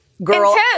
Girl